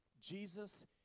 Jesus